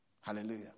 Hallelujah